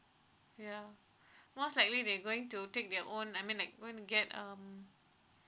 ya most likely they going to take their own I mean like going to get um